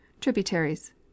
TRIBUTARIES